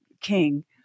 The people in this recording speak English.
king